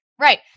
Right